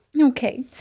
okay